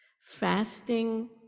Fasting